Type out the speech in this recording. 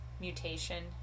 mutation